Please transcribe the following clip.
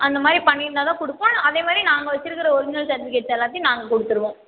அந்த மாதிரி பண்ணி இருந்தால் தான் கொடுப்போம் அதேமாதிரி நாங்கள் வச்சிருக்கிற ஒரிஜினல் செர்டிஃபிகேட் எல்லாத்தையும் நாங்கள் கொடுத்துருவோம்